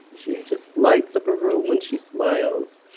she just lights up a room when she smiles.